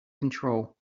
control